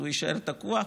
הוא יישאר תקוע?